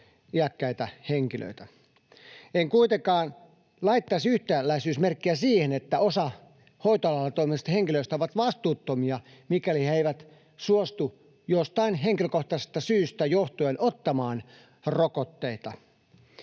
iäkkäitä henkilöitä. En kuitenkaan laittaisi yhtäläisyysmerkkiä siihen, että osa hoitoalalla toimivista henkilöistä on vastuuttomia, mikäli he eivät suostu jostain henkilökohtaisesta syystä johtuen ottamaan rokotteita.